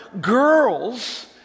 girls